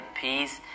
peace